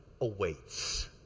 awaits